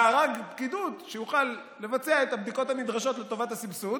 מארג פקידות שיוכל לבצע את הבדיקות הנדרשות לטובת הסבסוד,